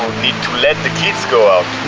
need to let the kids go out.